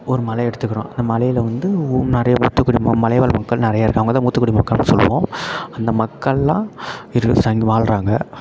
ஒரு மலை எடுத்துக்கிறோம் அந்த மலையில் வந்து ஓ நிறையா மூத்தக் குடிம மலைவாழ் மக்கள் நிறையா இருக்காங்க அவங்க தான் மூத்தக் குடிமக்கள்னு சொல்லுவோம் அந்த மக்களெலாம் இரு வாழ்றாங்க